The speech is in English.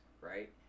right